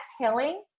exhaling